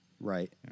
Right